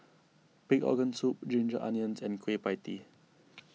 Pig Organ Soup Ginger Onions and Kueh Pie Tee